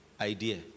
idea